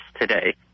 today